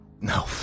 No